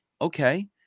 okay